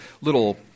little